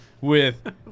with-